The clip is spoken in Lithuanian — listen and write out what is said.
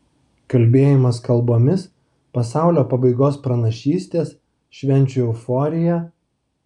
kalbėjimas kalbomis pasaulio pabaigos pranašystės švenčių euforija